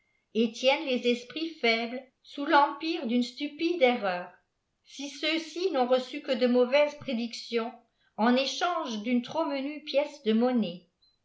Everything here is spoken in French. tiennent les es rits faibles sous l'empire d'une stupide erreur si ceux-ci ifi'ont reçu que de mauvaises prédictions en échange d'une trop menue pièce de monnaiye